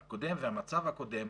מהמצב הקודם,